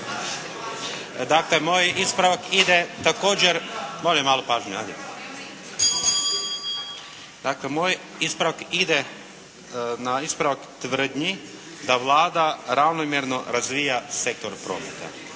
Dakle moj ispravak ide na ispravak tvrdnji da Vlada ravnomjerno razvija sektor prometa.